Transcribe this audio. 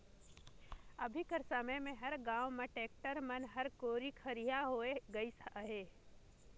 अभी कर समे मे हर गाँव मन मे टेक्टर मन हर कोरी खरिखा होए गइस अहे